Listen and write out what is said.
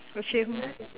achievem~